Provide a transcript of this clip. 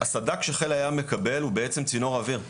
הסד"כ שחיל הים מקבל הוא בעצם צינור אוויר.